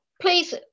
Please